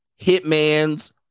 hitmans